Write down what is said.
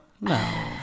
No